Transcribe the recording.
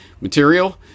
material